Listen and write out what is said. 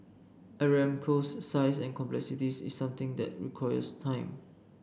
Aramco's size and complexities is something that requires time